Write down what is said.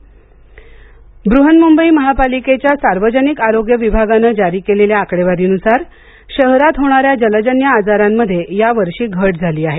मुंबई महापालिका ब्रहन्मुंबई महापालिकेच्या सार्वजनिक आरोग्य विभागाने जारी केलेल्या आकडेवारीनुसार शहरात होणाऱ्या जलजन्य आजारांमध्ये या वर्षी घट झाली आहे